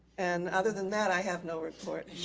and other than that, i have no report.